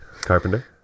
carpenter